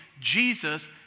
Jesus